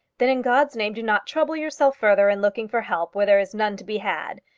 then in god's name do not trouble yourself further in looking for help where there is none to be had.